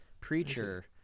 preacher